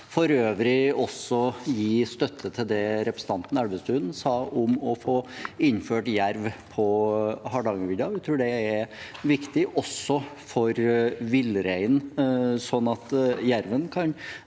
for øvrig også gi støtte til det representanten Elvestuen sa om å få innført jerv på Hardangervidda. Jeg tror det er viktig også for villreinen, sånn at jerven kan